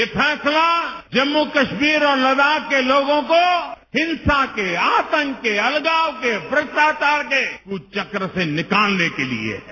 यह फैसला जम्मू कश्मीर और लद्दाख के लोगों को हिंसा के आतंक के अलगाव के भ्रष्टाचार के कुचक्र से निकालने के लिए है